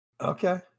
Okay